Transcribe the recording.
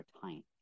time